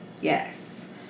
yes